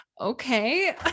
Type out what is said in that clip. okay